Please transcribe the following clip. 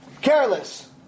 Careless